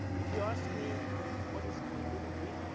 if you ask me what is creativity,